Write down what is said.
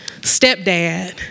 Stepdad